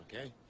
okay